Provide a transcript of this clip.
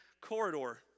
corridor